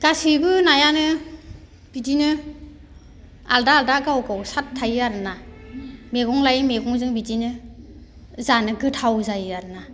गासिबो नायानो बिदिनो आलदा आलदा गाव गाव साद थायो आरोना मैगं लायै मैगंजों बिदिनो जानो गोथाव जायो आरोना